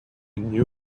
new